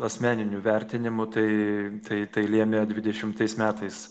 asmeniniu vertinimu tai tai tai lėmė dvidešimtais metais